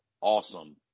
awesome